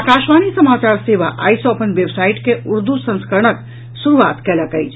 आकाशवाणी समाचार सेवा आइ सँ अपन वेबसाईट के उर्दू संस्करणक शुरूआत कयलक अछि